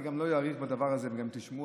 אני גם לא אאריך בדבר הזה וגם תשמעו